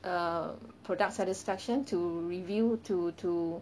err product satisfaction to review to to